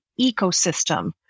ecosystem